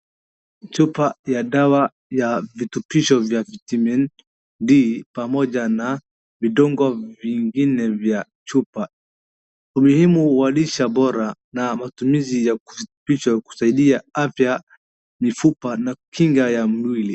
Chupa ya dawa ya virutubisho vya vitamin D pamoja na vitungo vingine vya chupa. Umuhimu wa lishe bora na matumizi ya kusaidia afya, mifupa na kinga ya mwili.